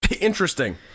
interesting